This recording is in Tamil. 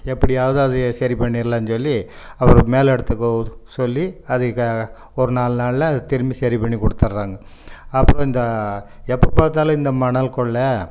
எப்படியாவது அதை சரி பண்ணிடலான்னு சொல்லி அப்புறம் மேல் இடத்துக்கு சொல்லி அது ஒரு நாலு நாளில் அது திரும்பி சரி பண்ணி குடுத்தடறாங்க அப்புறம் இந்த எப்போது பார்த்தாலும் இந்த மணல் கொள்ளை